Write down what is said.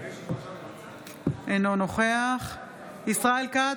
אינו נוכח ישראל כץ,